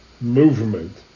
movement